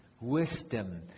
wisdom